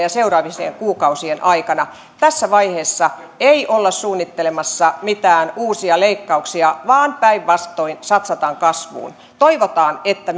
ja seuraavien kuukausien aikana tässä vaiheessa ei olla suunnittelemassa mitään uusia leikkauksia vaan päinvastoin satsataan kasvuun toivotaan että